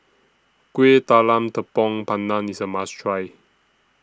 Kuih Talam Tepong Pandan IS A must Try